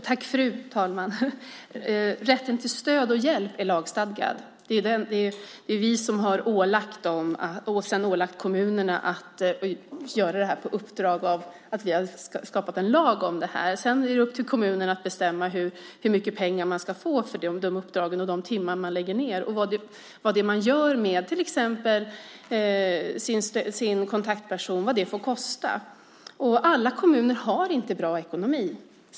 Fru talman! Rätten till stöd och hjälp är lagstadgad. Det är vi som har ålagt kommunerna att göra det här på vårt uppdrag genom att vi har skapat en lag om det här. Sedan är det upp till kommunerna att bestämma hur mycket pengar man ska få för de uppdragen och för de timmar man lägger ned samt vad det man gör med sin kontaktperson får kosta. Alla kommuner har inte bra ekonomi.